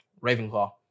Ravenclaw